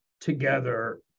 Together